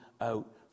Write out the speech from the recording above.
out